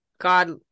God